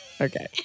Okay